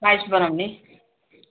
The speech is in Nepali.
पायस बनाउने